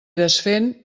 desfent